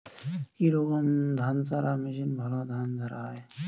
কি রকম ধানঝাড়া মেশিনে ভালো ধান ঝাড়া হয়?